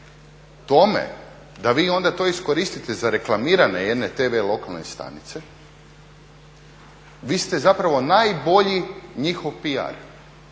Tome da vi onda to iskoristite za reklamiranje jedne tv lokalne stanice, vi ste zapravo najbolji njihov PR.